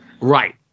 right